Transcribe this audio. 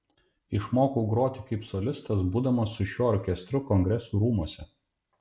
išmokau groti kaip solistas būdamas su šiuo orkestru kongresų rūmuose